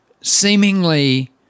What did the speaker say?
seemingly